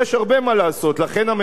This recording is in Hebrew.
ולכן הממשלה הנוכחית,